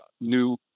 new